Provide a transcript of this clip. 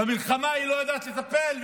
במלחמה היא לא יודעת לטפל,